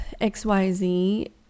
XYZ